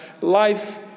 life